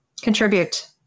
Contribute